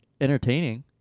entertaining